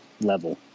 level